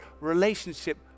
relationship